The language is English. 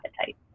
appetite